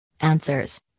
Answers